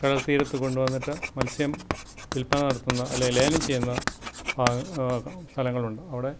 കടൽത്തീരത്ത് കൊണ്ട് വന്നിട്ട് മത്സ്യം വിൽപ്പന നടത്തുന്ന അല്ലെങ്കിൽ ലേലം ചെയ്യുന്ന സ്ഥലങ്ങളുണ്ട് അവിടെ